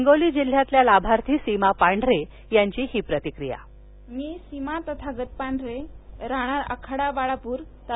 हिंगोली जिल्ह्यातील लाभार्थी सीमा पांढरे यांची ही प्रतिक्रिया मी सीमा तथागत पांढरे रहाणारा आखाडा बाळापुर ता